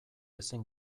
ezin